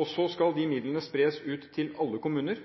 og så skal de midlene spres ut til alle kommuner.